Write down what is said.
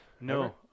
no